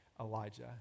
Elijah